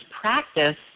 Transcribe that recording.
practice